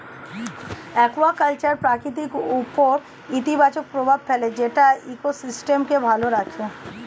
aquaculture প্রকৃতির উপর ইতিবাচক প্রভাব ফেলে যেটা ইকোসিস্টেমকে ভালো রাখে